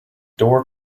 door